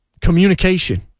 communication